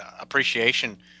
appreciation